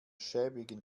schäbigen